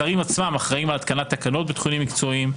השרים עצמם אחראים על התקנת תקנות בתחומים מקצועיים,